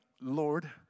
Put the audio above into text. Lord